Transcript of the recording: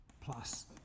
plus